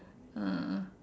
uh